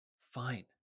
fine